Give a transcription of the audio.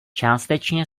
částečně